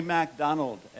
MacDonald